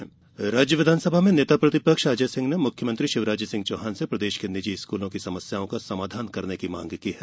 अजय सिंह राज्य विघानसभा में नेता प्रतिपक्ष अजय सिंह ने मुख्यमंत्री शिवराज सिंह चौहान से प्रदेश के निजी स्कूलों की समस्याओं का समाधान करने की मांग की है